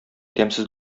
тәмсез